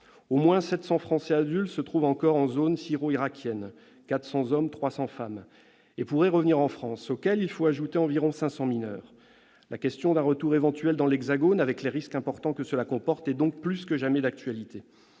hommes et 300 femmes, se trouvent encore en zone syro-irakienne et pourraient revenir en France ; il faut y ajouter environ 500 mineurs. La question d'un retour éventuel dans l'Hexagone, avec les risques importants que cela comporte, est donc plus que jamais d'actualité.